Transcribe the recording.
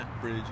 bridge